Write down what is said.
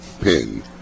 pin